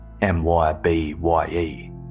M-Y-B-Y-E